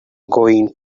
going